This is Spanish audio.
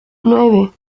nueve